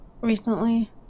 recently